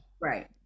Right